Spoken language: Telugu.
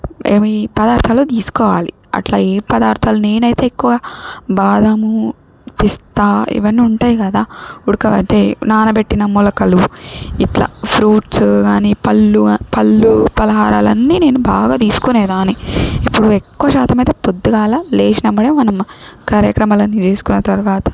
ఏవి పదార్థాలు తీసుకోవాలి అట్లా ఏ పదార్థాలు నేనైతే ఎక్కువ బాదాము పిస్తా ఇవన్నీ ఉంటాయి కదా ఉడకవయితే నానబెట్టిన మొలకలు ఇట్లా ఫ్రూట్స్ కానీ పళ్ళు పళ్ళు పలహారాలన్నీ నేను బాగా తీసుకునే దాని ఇప్పుడు ఎక్కువ శాతమైతే పొద్దుగాల లేచినెమ్మడే మనం కార్యక్రమాలన్నీ తీర్చుకున్న తర్వాత